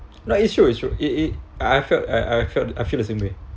no it's true it's true it it I I felt I I felt I feel the same way